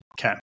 Okay